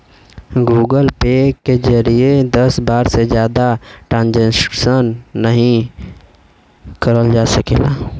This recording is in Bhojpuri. गूगल पे के जरिए दस बार से जादा ट्रांजैक्शन नाहीं करल जा सकला